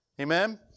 Amen